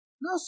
No